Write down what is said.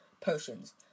potions